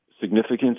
significance